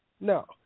No